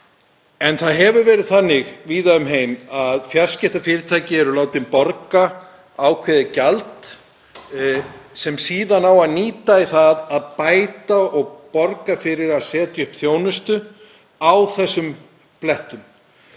En það hefur verið þannig víða um heim að fjarskiptafyrirtæki eru látin borga ákveðið gjald sem síðan á að nýta í það að bæta og borga fyrir að setja upp þjónustu á þessum blettum.